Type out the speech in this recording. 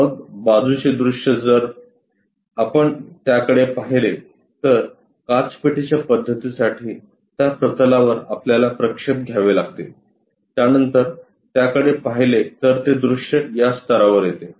मग बाजूचे दृश्य जर आपण त्याकडे पाहिले तर काचपेटीच्या पध्दतीसाठी त्या प्रतलावर आपल्याला प्रक्षेप घ्यावे लागतील त्यानंतर त्याकडे पाहिले तर ते दृश्य या स्तरावर येते